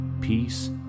peace